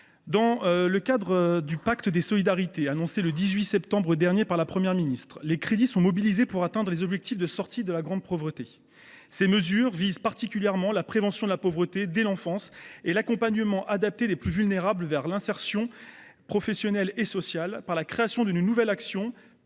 Dans le cadre du pacte des solidarités annoncé le 18 septembre dernier par la Première ministre, les crédits sont mobilisés pour atteindre nos objectifs de sortie de la grande pauvreté. Ces mesures visent particulièrement la prévention de la pauvreté dès l’enfance et l’accompagnement adapté des plus vulnérables vers l’insertion sociale et professionnelle. Ce sont